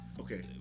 Okay